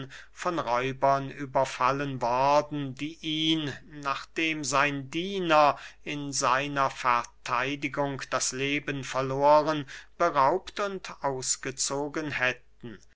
von räubern überfallen worden die ihn nachdem sein diener in seiner vertheidigung das leben verloren beraubt und ausgezogen hätten